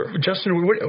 Justin